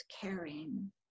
caring